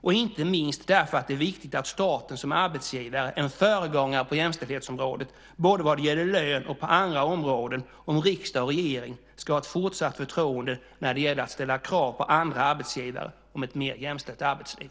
Inte minst måste det ske därför att det är viktigt att staten som arbetsgivare är en föregångare på jämställdhetsområdet både vad det gäller lön och på andra områden om riksdag och regering ska ha ett fortsatt förtroende när det gäller att ställa krav på andra arbetsgivare om ett mer jämställt arbetsliv.